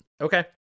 Okay